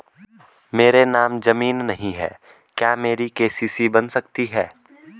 मेरे नाम ज़मीन नहीं है क्या मेरी के.सी.सी बन सकती है?